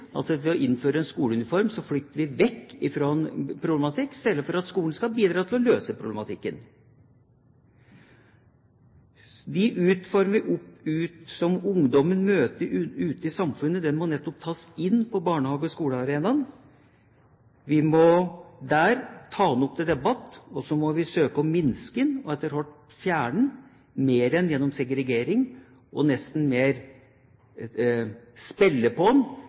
Altså: Ved å innføre en skoleuniform flykter vi bort fra problematikken, istedenfor at skolen skal bidra til å løse problematikken. De utfordringer som ungdommen møter ute i samfunnet, må nettopp tas inn på barnehage- og skolearenaen. Vi må der ta dem opp til debatt, og så må vi søke å løse dem, etter hvert fjerne dem, mer enn gjennom segregering, og nesten mer spille på dem og forsterke dem, slik at bl.a. dette med likestillingsutfordringen blir enda vanskeligere å løse framover. Så oppsummert: En